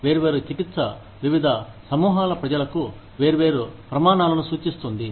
వేర్వేరు చికిత్స వివిధ సమూహాల ప్రజలకు వేర్వేరు ప్రమాణాలను సూచిస్తుంది